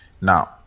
now